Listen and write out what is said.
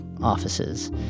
offices